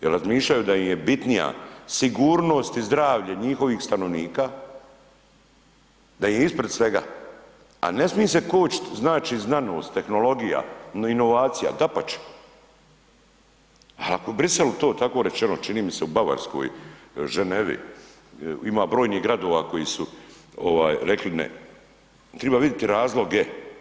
Jer razmišljaju da im je bitnija sigurnost i zdravlje njihovih stanovnika da im je ispred svega, a ne smi se kočit znači znanost, tehnologija, inovacija, dapače, al' ako Bruxelles-u to tako rečeno, čini mi se u Bavarskoj, Genevi, ima brojnih gradova koji su, ovaj, rekli ne, triba vidjeti razloge.